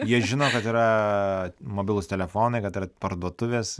jie žino kad yra mobilūs telefonai kad yra parduotuvės